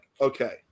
okay